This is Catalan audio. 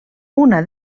una